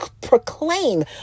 proclaim